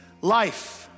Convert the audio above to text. life